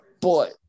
boy